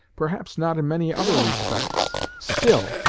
perhaps not in many other respects still,